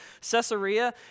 Caesarea